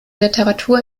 literatur